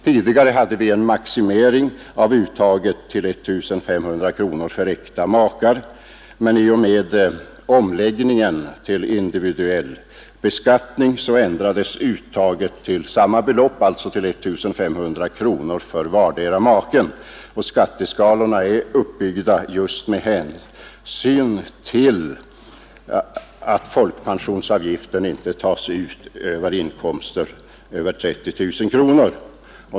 Tidigare hade vi en maximering av uttaget till I 500 kronor för äkta makar, men i och med omläggningen till individuell beskattning ändrades uttaget till samma belopp — alltså 1 500 kronor — för vardera maken. Skatteskalorna är också uppbyggda med hänsyn till att folkpensionsavgiften inte stiger ytterligare när inkomsten når över 30 000 kronor.